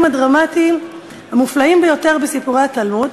הדרמטיים המופלאים ביותר בסיפורי התלמוד,